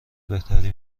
بهتری